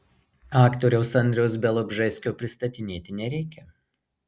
aktoriaus andriaus bialobžeskio pristatinėti nereikia